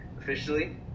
officially